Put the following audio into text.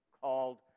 called